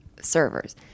servers